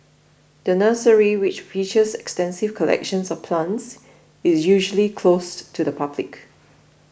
the nursery which features extensive collections of plants is usually closed to the public